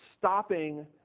stopping